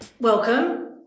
Welcome